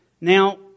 Now